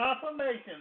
confirmation